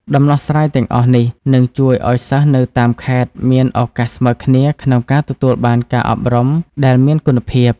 ដំណោះស្រាយទាំងអស់នេះនឹងជួយឱ្យសិស្សនៅតាមខេត្តមានឱកាសស្មើគ្នាក្នុងការទទួលបានការអប់រំដែលមានគុណភាព។